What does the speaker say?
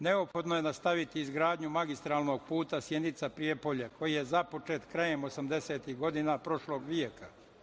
Neophodno je nastaviti izgradnju magistralnog puta Sjenica-Prijepolje koji je započet krajem 80-ih godina prošlog veka.